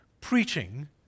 Preaching